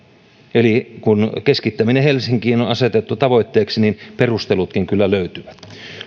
eli kun keskittäminen helsinkiin on on asetettu tavoitteeksi niin perustelutkin kyllä löytyvät